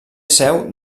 seu